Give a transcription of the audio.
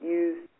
use